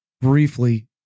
briefly